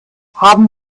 haben